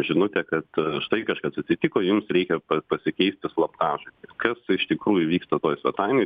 žinutė kad štai kažkas atsitiko jums reikia pasikeisti slaptažodį kas iš tikrųjų vyksta toj svetainėj